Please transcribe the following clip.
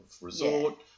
resort